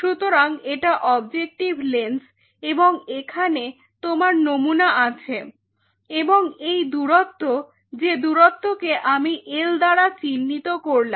সুতরাং এটা objective lens এবং এখানে তোমার নমুনা আছে এবং এই দূরত্ব যে দূরত্ব কে আমি এল্ দ্বারা চিহ্নিত করলাম